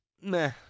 meh